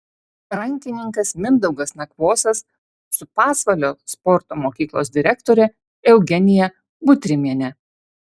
rankininkas mindaugas nakvosas su pasvalio sporto mokyklos direktore eugenija butrimiene